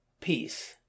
peace